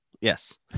Yes